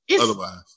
otherwise